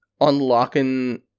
unlocking